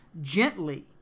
gently